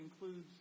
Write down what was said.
includes